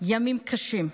ימים קשים.